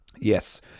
Yes